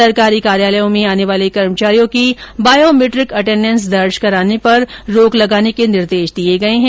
सरकारी कार्यालयों में आने वाले कर्मचारियों की बायोमेट्रिक अटेंडेंस दर्ज कराने पर रोक लगाने के निर्देश दिए गए हैं